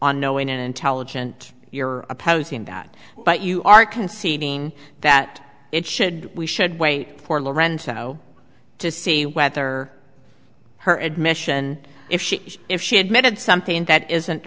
on knowing intelligent you're opposing that but you are conceding that it should we should wait for lorenzo to see whether her admission if she if she admitted something that isn't